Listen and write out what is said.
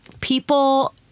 People